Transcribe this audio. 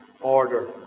order